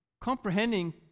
comprehending